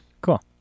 cool